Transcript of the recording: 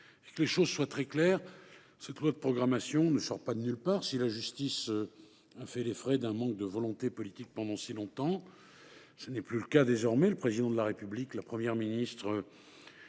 et de toutes les frustrations. Cette loi de programmation ne sort pas de nulle part. Si la justice a fait les frais d’un manque de volonté politique pendant si longtemps, ce n’est désormais plus le cas. Le Président de la République, la Première ministre